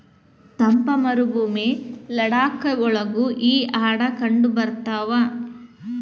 ತಂಪ ಮರಭೂಮಿ ಲಡಾಖ ಒಳಗು ಈ ಆಡ ಕಂಡಬರತಾವ